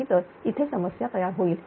नाहीतर इथे समस्या तयार होईल